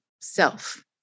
self